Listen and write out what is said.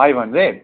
five hundred